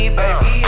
baby